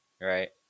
Right